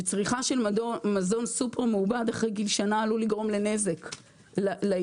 שצריכה של מזון סופר מעובד אחרי גיל שנה עלול לגרום לנזק לילדים,